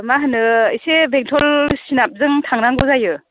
मा होनो एसे बेंतल सोनाबजों थांनांगौ जायो